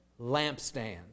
lampstand